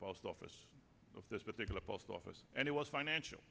post office of this particular post office and it was financial